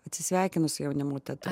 atsisveikinus su jaunimo teatru